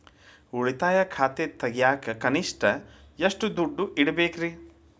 ಉಳಿತಾಯ ಖಾತೆ ತೆಗಿಯಾಕ ಕನಿಷ್ಟ ಎಷ್ಟು ದುಡ್ಡು ಇಡಬೇಕ್ರಿ?